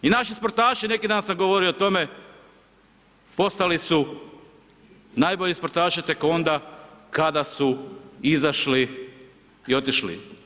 I naši sportaši, neki dan sam govorio o tome, postali su najbolji sportaši, tek onda kada su izašli i otišli.